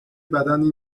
بدنی